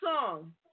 song